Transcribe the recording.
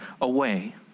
away